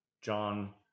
John